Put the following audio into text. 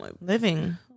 living